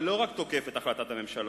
ולא רק תוקף את החלטת הממשלה,